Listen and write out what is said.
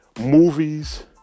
movies